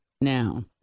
now